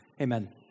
Amen